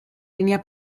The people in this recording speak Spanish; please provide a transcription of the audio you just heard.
línea